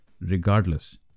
regardless